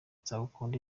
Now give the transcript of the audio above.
nzagukunda